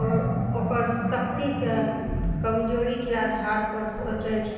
आओर ओकर शक्तिके कमजोरीके आधारपर सोचय छै